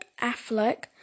Affleck